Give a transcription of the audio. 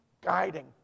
guiding